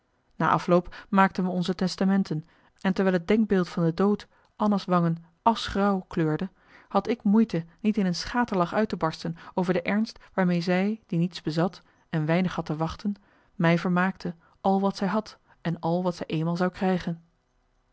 na afloop maakten we onze testamenten en terwijl het denkbeeld van de dood anna's wangen aschgrauw kleurde had ik moeite niet in een schaterlach uit te barsten over de ernst waarmee zij die niets bezat en weinig had te wachten mij vermaakte al wat zij had en al wat zij eenmaal zou krijgen